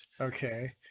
Okay